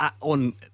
On